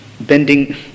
bending